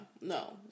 no